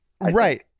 Right